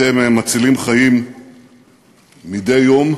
אתם מצילים חיים מדי יום,